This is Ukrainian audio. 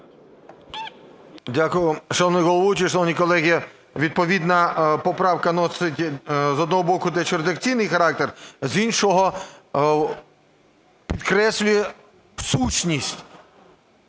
Дякую. Шановний головуючий, шановні колеги, відповідна поправка носить, з одного боку, дещо редакційний характер, з іншого – підкреслює сутність